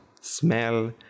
smell